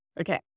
Okay